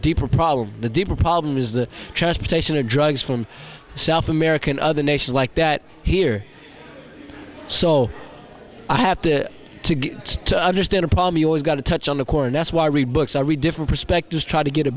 deeper problem the deeper problem is the transportation of drugs from south america and other nations like that here so i have to get to understand a problem you always got to touch on the corner that's why i read books i read different perspectives try to get a